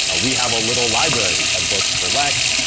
ah we have a little library of books for lex,